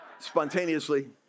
spontaneously